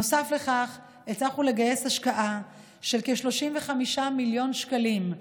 נוסף לכך הצלחנו לגייס השקעה של כ-35 מיליון שקלים,